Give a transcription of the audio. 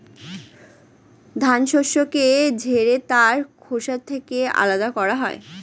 ধান শস্যকে ঝেড়ে তার খোসা থেকে আলাদা করা হয়